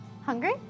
Hungry